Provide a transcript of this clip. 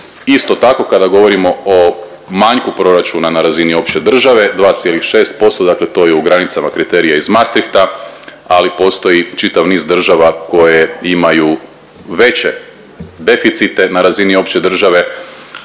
Isto tako kada govorimo o manjku proračuna na razini opće države 2,6%, dakle to je u granicama kriterija iz Maastrichta, ali postoji čitav niz država koje imaju veće deficite na razini opće države.